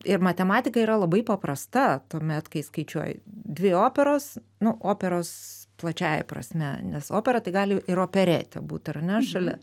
ir matematika yra labai paprasta tuomet kai skaičiuoji dvi operos nu operos plačiąja prasme nes opera tai gali ir operetė būt ar ne šalia